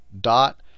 dot